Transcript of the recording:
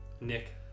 Nick